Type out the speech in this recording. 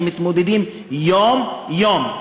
שמתמודדים יום-יום,